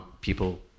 people